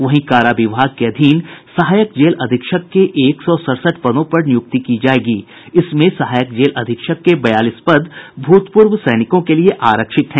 वहीं कारा विभाग के अधीन सहायक जेल अधीक्षक के एक सौ सड़सठ पदों पर नियुक्ति की जायेगी इसमें सहायक जेल अधीक्षक के बयालीस पद भूतपूर्व सैनिकों के लिए आरक्षित हैं